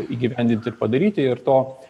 įgyvendinti padaryti ir to